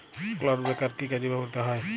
Clod breaker কি কাজে ব্যবহৃত হয়?